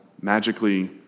magically